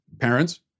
parents